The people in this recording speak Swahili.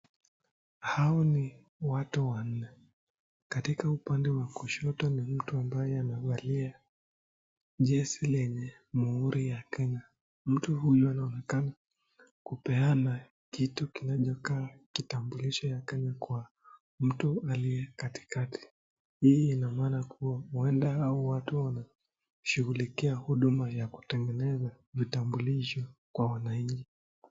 Hao ni watu wanne. Katika upande wa kushoto ni mtu ambaye anavalia jezi lenye muhuri ya Kenya. Mtu huyu anaonekana kupeana kitu kinachokaa kitambulisho ya Kenya kwa mtu aliye katikati. Hii ina maana kuwa huenda hao watu wanashughulikia huduma ya kutengeneza vitambulisho kwa wananchi.